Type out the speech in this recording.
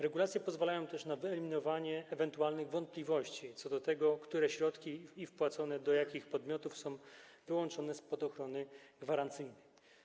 Regulacje pozwalają też na wyeliminowanie ewentualnych wątpliwości co do tego, jakie środki i wpłacone do jakich podmiotów są wyłączone spod ochrony gwarancyjnej.